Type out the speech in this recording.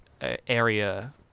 area